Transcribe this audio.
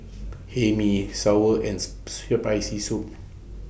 Hae Mee Sour and Spicy Soup